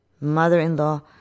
mother-in-law